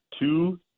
two